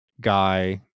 Guy